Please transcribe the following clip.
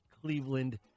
Cleveland